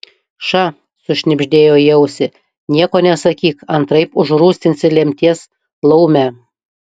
ša sušnibždėjo į ausį nieko nesakyk antraip užrūstinsi lemties laumę